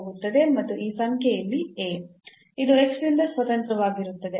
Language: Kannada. ಮತ್ತು ಈ ಸಂಖ್ಯೆ ಇಲ್ಲಿ A ಇದು x ನಿಂದ ಸ್ವತಂತ್ರವಾಗಿರುತ್ತದೆ